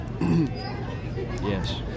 Yes